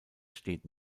steht